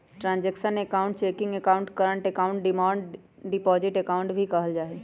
transactional account checking account, current account, demand deposit account भी कहल जाहई